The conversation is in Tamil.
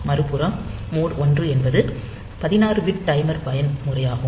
மறுப்புறம் மோட் 1 என்பது 16 பிட் டைமர் பயன்முறையாகும்